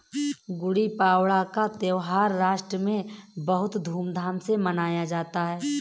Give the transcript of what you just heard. गुड़ी पड़वा का त्यौहार महाराष्ट्र में बहुत धूमधाम से मनाया जाता है